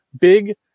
Big